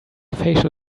facial